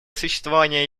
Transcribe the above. существование